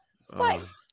spice